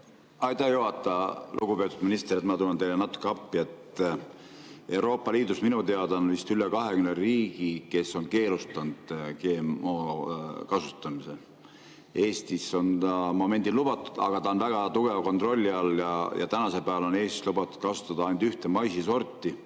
Aitäh, juhataja! Lugupeetud minister! Ma tulen teile natuke appi. Euroopa Liidus minu teada on vist üle 20 riigi, kes on keelustanud GMO-de kasutamise. Eestis on see momendil lubatud, aga see on väga tugeva kontrolli all. Tänasel päeval on Eestis lubatud kasutada ainult ühte maisisorti,